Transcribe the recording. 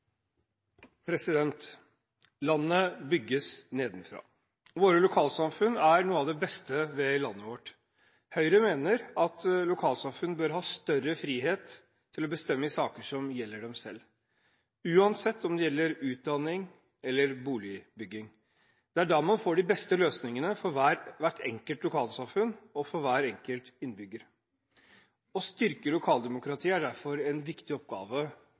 noe av det beste ved landet vårt. Høyre mener at lokalsamfunn bør ha større frihet til å bestemme i saker som gjelder dem selv, uansett om det gjelder utdanning eller boligbygging. Det er da man får de beste løsningene for hvert enkelt lokalsamfunn og for hver enkelt innbygger. Å styrke lokaldemokratiet er derfor en viktig oppgave